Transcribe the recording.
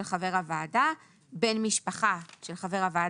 של חבר הוועדה כל אחד מאלה: בן משפחה של חבר הוועדה,